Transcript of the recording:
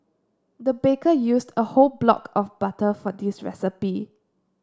the baker used a whole block of butter for this recipe